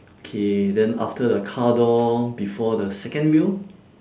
okay then after the car door before the second wheel